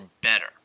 better